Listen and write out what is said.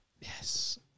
Yes